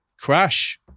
Crash